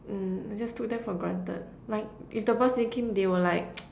mm I just took them for granted like if the bus didn't came they were like